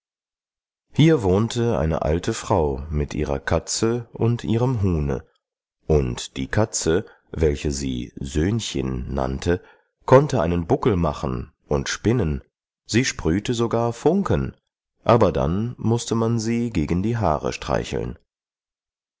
hier wohnte eine alte frau mit ihrer katze und ihrem huhne und die katze welche sie söhnchen nannte konnte einen buckel machen und spinnen sie sprühte sogar funken aber dann mußte man sie gegen die haare streicheln